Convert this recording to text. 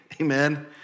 Amen